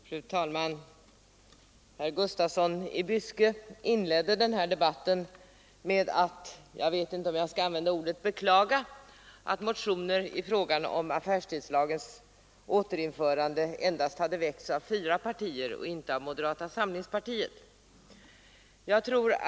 Fru talman! Herr Gustafsson i Byske inledde den här debatten med att — jag vet inte om jag skall använda det ordet — beklaga att motioner i fråga om affärstidslagens återinförande endast hade väckts av fyra partier och inte av moderata samlingspartiet.